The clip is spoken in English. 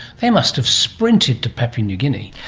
they must have sprinted to papua new guinea.